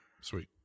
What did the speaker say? sweet